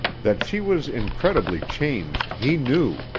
that she was incredibly changed he knew,